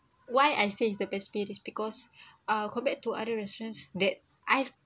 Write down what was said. why I say it's the best place is because uh compared to other restaurants that I've